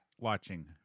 Watching